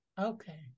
Okay